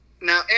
now